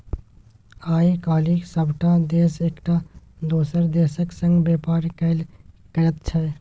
आय काल्हि सभटा देश एकटा दोसर देशक संग व्यापार कएल करैत छै